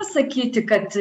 sakyti kad